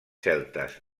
celtes